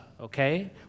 okay